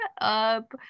up